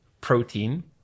protein